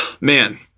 Man